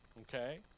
Okay